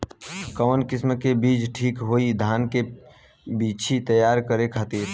कवन किस्म के बीज ठीक होई धान के बिछी तैयार करे खातिर?